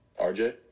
RJ